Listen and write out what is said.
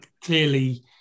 clearly